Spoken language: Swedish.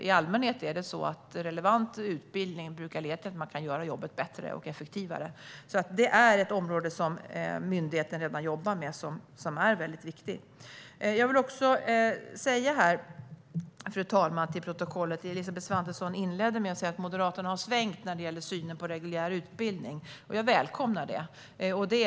I allmänhet brukar relevant utbildning leda till att man kan göra jobbet bättre och effektivare. Det här är alltså ett område som myndigheten redan jobbar med och som är väldigt viktigt. Fru talman! Jag vill ha en sak förd till protokollet. Elisabeth Svantesson inledde med att säga att Moderaterna har svängt i synen på reguljär utbildning, och jag välkomnar det.